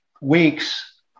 weeks